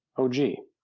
oh gee.